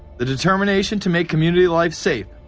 the determination to make community life safe,